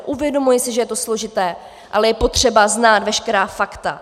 Uvědomuji si, že je to složité, ale je potřeba znát veškerá fakta.